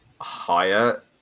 higher